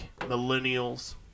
millennials